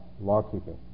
law-keeping